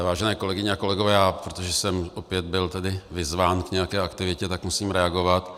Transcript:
Vážené kolegyně a kolegové, protože jsem opět byl vyzván k nějaké aktivitě, musím reagovat.